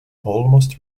almost